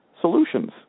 solutions